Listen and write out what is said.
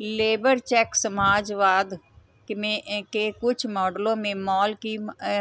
labour cheque समाजवाद के कुछ मॉडलों में माल की